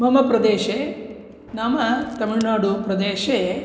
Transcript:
मम प्रदेशे नाम तमिळ्नाडुप्रदेशे